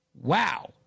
Wow